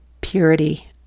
purity